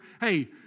hey